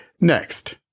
Next